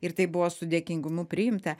ir tai buvo su dėkingumu priimta